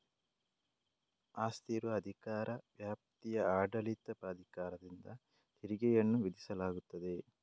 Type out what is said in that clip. ಆಸ್ತಿ ಇರುವ ಅಧಿಕಾರ ವ್ಯಾಪ್ತಿಯ ಆಡಳಿತ ಪ್ರಾಧಿಕಾರದಿಂದ ತೆರಿಗೆಯನ್ನು ವಿಧಿಸಲಾಗುತ್ತದೆ